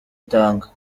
itanga